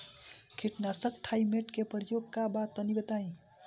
कीटनाशक थाइमेट के प्रयोग का बा तनि बताई?